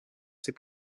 ses